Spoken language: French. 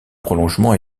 prolongement